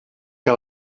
que